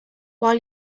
while